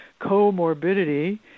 comorbidity